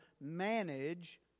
Manage